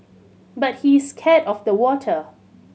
but he is scared of the water